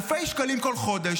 אלפי שקלים כל חודש.